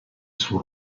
sul